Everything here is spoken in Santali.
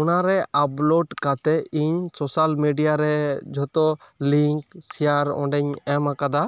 ᱚᱱᱟᱨᱮ ᱟᱯᱞᱳᱰ ᱠᱟᱛᱮᱜ ᱤᱧ ᱥᱳᱥᱟᱞ ᱢᱤᱰᱤᱭᱟᱨᱮ ᱡᱷᱚᱛᱚ ᱞᱤᱝᱠ ᱥᱮᱭᱟᱨ ᱚᱸᱰᱮᱧ ᱮᱢ ᱟᱠᱟᱫᱟ